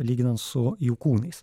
lyginant su jų kūnais